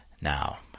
now